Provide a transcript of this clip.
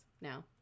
now